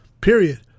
Period